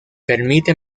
permite